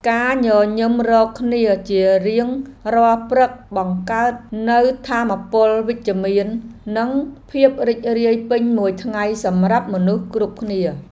ការញញឹមរកគ្នាជារៀងរាល់ព្រឹកបង្កើតនូវថាមពលវិជ្ជមាននិងភាពរីករាយពេញមួយថ្ងៃសម្រាប់មនុស្សគ្រប់គ្នា។